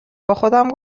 باخودم